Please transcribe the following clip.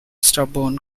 stubborn